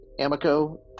amico